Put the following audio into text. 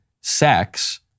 sex